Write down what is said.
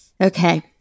okay